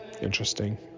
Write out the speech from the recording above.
Interesting